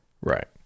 Right